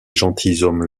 gentilshommes